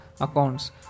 accounts